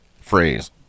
phrase